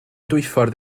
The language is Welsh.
dwyffordd